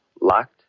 locked